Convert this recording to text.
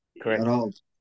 Correct